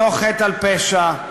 אותו חטא על פשע,